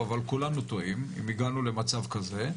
אבל כולנו טועים אם הגענו למצב כזה.